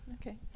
Okay